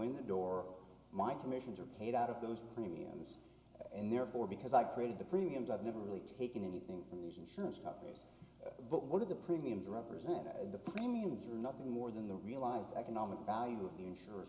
in the door my commissions are paid out of those premiums and therefore because i created the premiums i've never really taken anything from these insurance companies but what are the premiums represent the premiums are nothing more than the realized economic value of the insurance